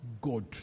God